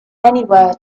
anywhere